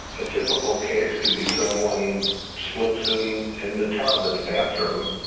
a typical case could be someone slips in in the tub in the bathroom,